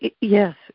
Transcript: yes